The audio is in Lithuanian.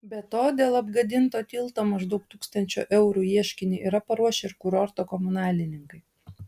be to dėl apgadinto tilto maždaug tūkstančio eurų ieškinį yra paruošę ir kurorto komunalininkai